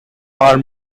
are